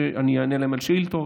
שאני אענה עליהן בשאילתות,